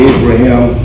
Abraham